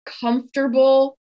comfortable